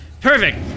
perfect